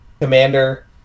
Commander